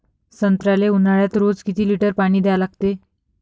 संत्र्याले ऊन्हाळ्यात रोज किती लीटर पानी द्या लागते?